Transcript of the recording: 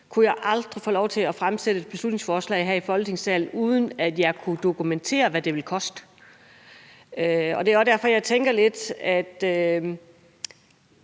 kunne jeg aldrig få lov til at fremsætte et beslutningsforslag her i Folketingssalen, uden at jeg kunne dokumentere, hvad det ville koste. Først og fremmest vil jeg